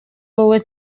wowe